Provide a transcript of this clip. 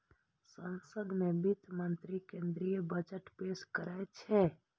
संसद मे वित्त मंत्री केंद्रीय बजट पेश करै छै